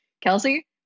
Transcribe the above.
Kelsey